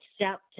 accept